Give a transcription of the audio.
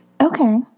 Okay